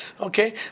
Okay